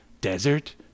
Desert